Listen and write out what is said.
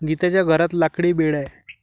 गीताच्या घरात लाकडी बेड आहे